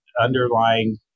underlying